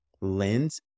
lens